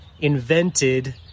invented